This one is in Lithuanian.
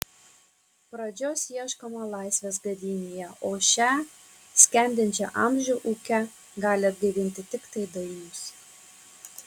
pradžios ieškoma laisvės gadynėje o šią skendinčią amžių ūke gali atgaivinti tiktai dainius